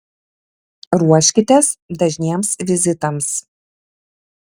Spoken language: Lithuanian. ruoškitės dažniems vizitams